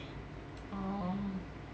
oh